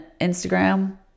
Instagram